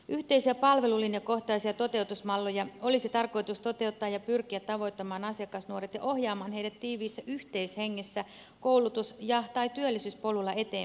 yhteisiä palvelulinjakohtaisia toteutusmalleja olisi tarkoitus toteuttaa ja pyrkiä tavoittamaan asiakasnuoret ja ohjaamaan heidät tiiviissä yhteishengessä koulutus tai työllisyyspolulla eteenpäin